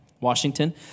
Washington